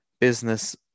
business